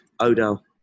Odell